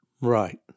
Right